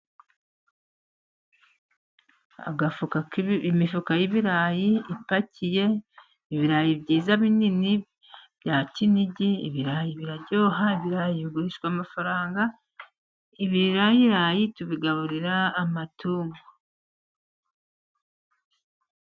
Agafuka imifuka y'ibirayi ipakiye ibirayi byiza binini bya kinigi. Ibirayi biraryoha, ibirayi bigurishwa amafaranga, ibirayirayi tubigaburira amatungo.